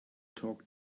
talk